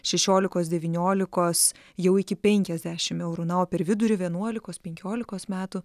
šešiolikos devyniolikos jau iki penkiasdešim eurų na o per vidurį vienuolikos penkiolikos metų